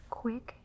quick